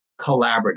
collaborative